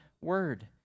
word